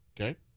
Okay